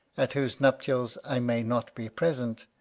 at whose nuptials i may not be present,